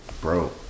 Bro